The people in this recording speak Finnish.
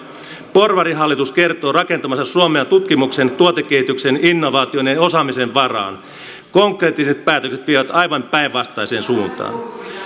porvarihallitus kertoo rakentavansa suomea tutkimuksen tuotekehityksen innovaatioiden ja osaamisen varaan konkreettiset päätökset vievät aivan päinvastaiseen suuntaan